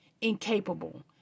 incapable